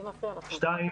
שתיים,